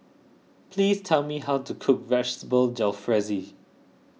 please tell me how to cook Vegetable Jalfrezi